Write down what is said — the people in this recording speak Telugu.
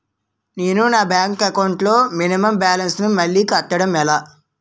నేను నా బ్యాంక్ అకౌంట్ లొ మైనస్ బాలన్స్ ను మళ్ళీ కట్టడం ఎలా?